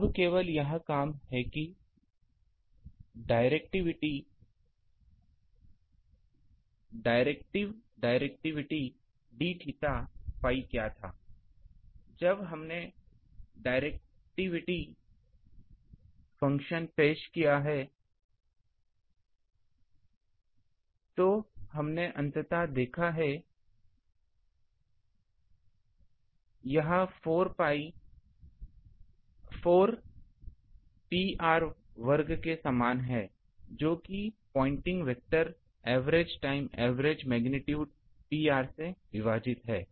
अब केवल यह काम है कि डाइरेक्टिविटी d थीटा phi क्या था जब हमने डाइरेक्टिविटी फंक्शन पेश किया तो हमने अंततः देखा कि यह 4 Pr स्क्वायर के समान है जो कि pointing vector average time average magnitude Pr से विभाजित है